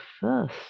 first